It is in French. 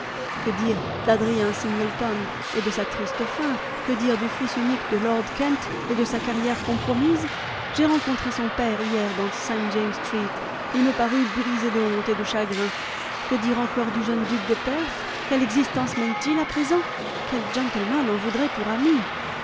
que dire d'adrien singleton et de sa triste fin que dire du fils unique de lord kent et de sa carrière compromise j'ai rencontré son père hier dans saint-james street il me parut brisé de honte et de chagrin que dire encore du jeune duc de perth quelle existence mène-t-il à présent quel gentleman en voudrait pour ami